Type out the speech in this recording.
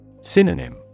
Synonym